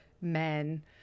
men